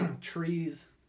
trees